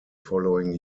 following